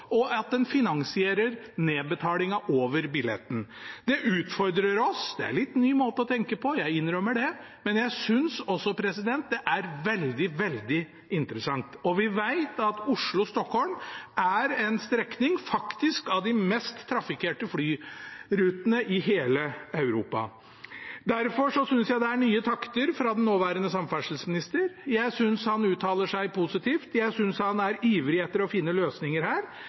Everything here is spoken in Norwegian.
og at en finansierer nedbetalingen over billetten. Det utfordrer oss, det er en litt ny måte å tenke på, jeg innrømmer det, men jeg synes også det er veldig interessant. Vi vet at Oslo–Stockholm faktisk er en av de mest trafikkerte flyrutene i hele Europa. Jeg synes det er nye takter fra den nåværende samferdselsminister. Jeg synes han uttaler seg positivt. Jeg synes han er ivrig etter å finne løsninger her.